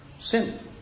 Sin